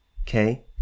okay